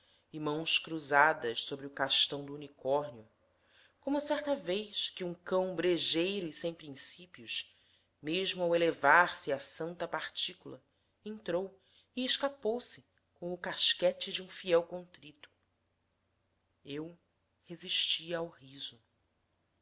e mãos cruzadas sobre o castão do unicórnio como certa vez que um cão brejeiro e sem princípios mesmo ao elevar-se a santa partícula entrou e escapou se com o casquete de um fiel contrito eu resistia ao riso